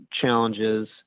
challenges